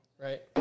right